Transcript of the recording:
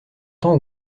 temps